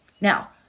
Now